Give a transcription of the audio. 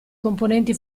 componenti